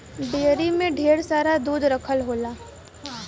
dairy में ढेर सारा दूध रखल होला